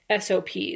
SOPs